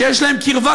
שיש להם קרבה,